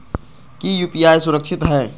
की यू.पी.आई सुरक्षित है?